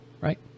right